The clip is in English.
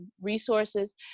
resources